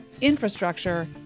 infrastructure